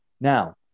Now